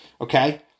Okay